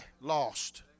lost